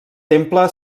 temple